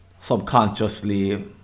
subconsciously